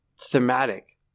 thematic